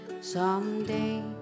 Someday